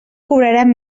cobraran